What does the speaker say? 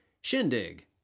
Shindig